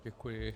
Děkuji.